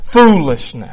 foolishness